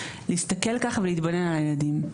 להסתכל ככה ולהתבונן על הילדים.